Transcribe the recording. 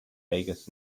vegas